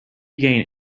gain